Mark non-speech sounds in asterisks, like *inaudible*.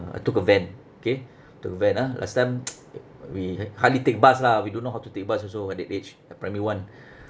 uh took a van K took van ah last time *noise* we h~ hardly take bus lah we don't know how to take bus also at that age at primary one